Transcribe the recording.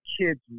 kids